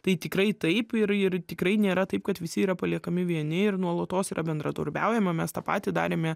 tai tikrai taip ir ir tikrai nėra taip kad visi yra paliekami vieni ir nuolatos yra bendradarbiaujama mes tą patį darėme